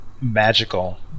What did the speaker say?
magical